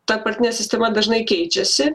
ta partinė sistema dažnai keičiasi